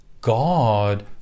God